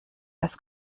das